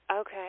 okay